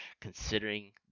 considering